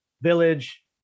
village